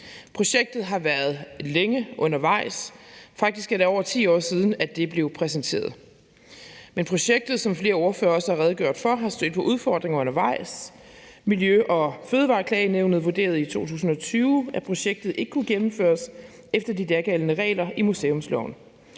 Projektet har været længe undervejs. Faktisk er det over 10 år siden, at det blev præsenteret. Men projektet, hvilket flere ordførere også har redegjort for, er stødt på udfordringer undervejs. Miljø- og Fødevareklagenævnet vurderede i 2020, at projektet ikke kunne gennemføres efter de dagældende regler i museumsloven.